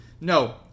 No